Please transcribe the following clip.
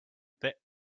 that